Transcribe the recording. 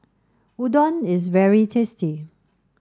Udon is very tasty